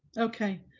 okay.